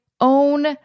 own